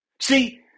See